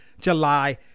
July